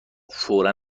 فورا